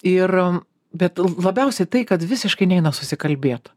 ir bet labiausiai tai kad visiškai neina susikalbėt